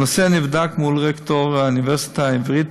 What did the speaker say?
הנושא נבדק מול רקטור האוניברסיטה העברית,